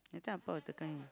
later Appa will tekan him